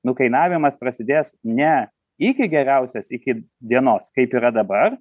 nukainavimas prasidės ne iki geriausias iki dienos kaip yra dabar